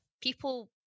people